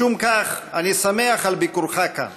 משום כך אני שמח על ביקורך כאן.